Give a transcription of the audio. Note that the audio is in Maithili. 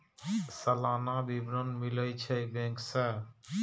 सलाना विवरण मिलै छै बैंक से?